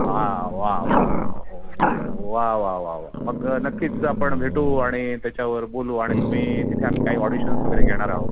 हा वा वा वा वा वा वा वा वा मग नक्कीच आपण भेटू आणि त्याच्यावर बोलू आणि तुम्ही तिथे आम्ही काही ऑडिशन्स वगैरे घेणार आहोत